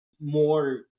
more